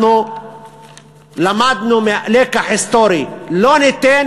אנחנו למדנו לקח היסטורי: לא ניתן